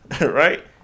right